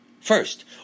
First